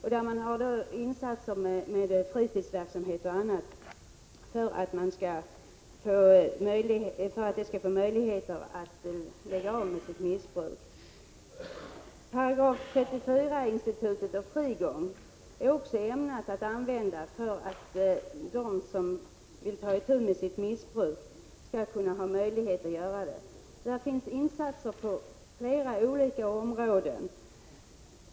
På dessa anstalter görs insatser genom fritidsverksamhet och på annat sätt, för att de intagna skall få möjligheter att sluta med sitt missbruk. Avsikten med 34 § och frigång är också att de som vill ta itu med sitt missbruk skall få möjligheter att göra det. Det görs insatser på flera olika områden.